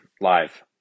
live